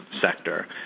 sector